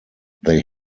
they